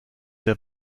der